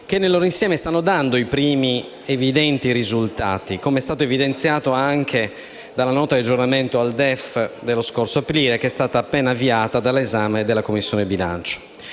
che nel loro insieme stanno dando i primi evidenti risultati, com'è stato evidenziato anche dalla Nota di aggiornamento al DEF dello scorso aprile, il cui esame è stato appena avviato dalla Commissione bilancio.